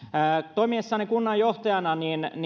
toimiessani kunnanjohtajana